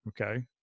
okay